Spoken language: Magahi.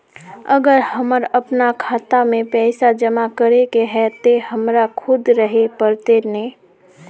अगर हमर अपना खाता में पैसा जमा करे के है ते हमरा खुद रहे पड़ते ने?